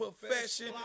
profession